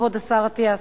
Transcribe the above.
כבוד השר אטיאס?